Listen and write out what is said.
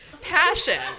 passion